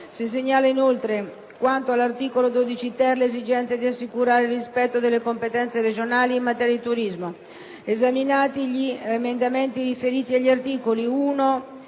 Si segnala inoltre, quanto all'articolo 12-*ter*, l'esigenza di assicurare il rispetto delle competenze regionali in materia di turismo. Esaminati gli emendamenti riferiti agli articoli da